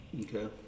Okay